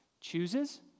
chooses